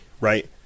right